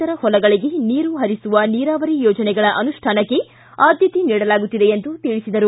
ತರ ಹೊಲಗಳಿಗೆ ನೀರು ಹರಿಸುವ ನೀರಾವರಿ ಯೋಜನೆಗಳ ಅನುಷ್ಟಾನಕ್ಕೆ ಆದ್ದತೆ ನೀಡಲಾಗುತ್ತಿದೆ ಎಂದು ತಿಳಿಸಿದರು